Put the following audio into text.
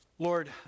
Lord